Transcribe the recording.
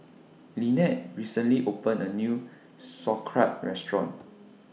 Lynette recently opened A New Sauerkraut Restaurant